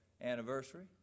anniversary